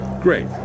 great